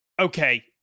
okay